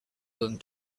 going